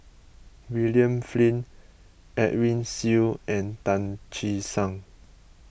William Flint Edwin Siew and Tan Che Sang